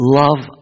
love